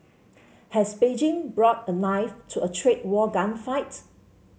has Beijing brought a knife to a trade war gunfight